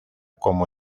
como